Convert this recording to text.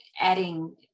adding